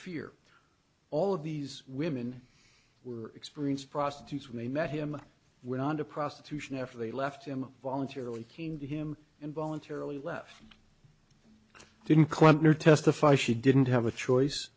fear all of these women were experienced prostitutes we met him went on to prostitution after they left him voluntarily came to him and voluntarily left didn't quite know testify she didn't have a choice